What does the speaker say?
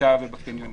השיטה ושל הקניונים.